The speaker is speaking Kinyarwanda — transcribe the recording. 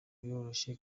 biroroshye